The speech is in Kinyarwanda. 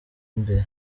imbere